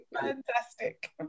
Fantastic